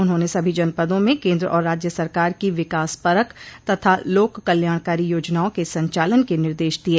उन्होंने सभी जनपदों में केन्द्र और राज्य सरकार की विकास परक तथा लोक कल्याणकारी योजनाओं के संचालन के निर्देश दिये